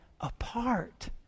apart